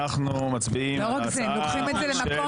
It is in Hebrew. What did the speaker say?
אנחנו מצביעים על ההצעה.